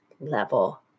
level